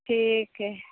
ठीक हइ